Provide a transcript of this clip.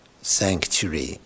sanctuary